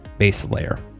Baselayer